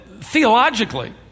theologically